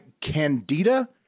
candida